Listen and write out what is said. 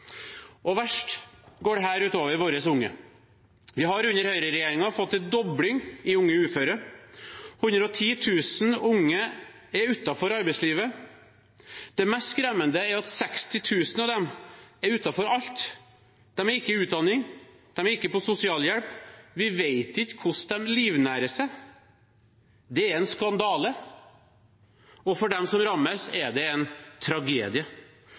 Verst går dette ut over våre unge. Vi har under høyreregjeringen fått en dobling i unge uføre, og 110 000 unge er utenfor arbeidslivet. Det mest skremmende er at 60 000 av dem er utenfor alt. De er ikke i utdanning. De er ikke på sosialhjelp, og vi vet ikke hvordan de livnærer seg. Det er en skandale, og for dem som rammes, er det en tragedie.